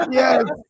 yes